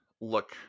look